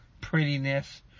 prettiness